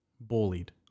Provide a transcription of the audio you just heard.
bullied